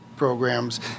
programs